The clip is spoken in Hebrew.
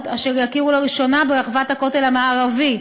אשר יכירו לראשונה ברחבת הכותל המערבי,